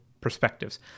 perspectives